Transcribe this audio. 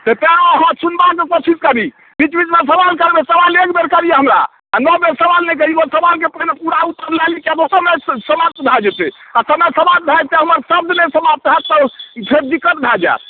तऽ तें अहाँ सुनबाके कोशिश करी बीच बीचमे सबाल करैत छी सवाल एक बेर करी हमरा आ नओ बेर सबाल नहि करी ओहि सबालके पूरा पहिले उत्तर लै ली किआ तऽ जतेक समय समाप्त भए जेतै आ समाप्त भए जेतै हमर शब्द नहि समाप्त होएत तऽ फेर दिक्कत भए जाएत